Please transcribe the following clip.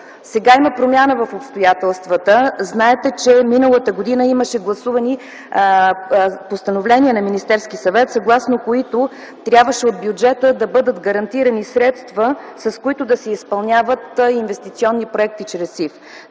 Сега има промяна в обстоятелствата. Знаете, че миналата година имаше гласувани постановления на Министерския съвет, съгласно които трябваше да бъдат гарантирани средства от бюджета, с които да се изпълняват инвестиционни проекти чрез СИФ.